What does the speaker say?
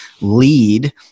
lead